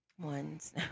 ones